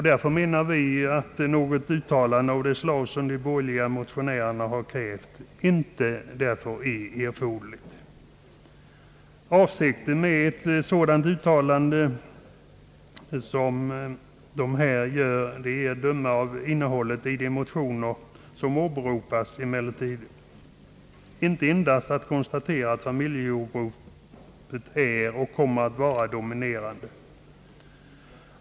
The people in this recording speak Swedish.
Därför menar vi att något uttalande av det slag som de borgerliga motionärerna har krävt inte är erforderligt. Avsikten med ett sådant uttalande är — att döma av innehållet i de motioner som åberopas — emellertid inte endast att konstatera att familjejordbruket är och kommer att vara dominerande.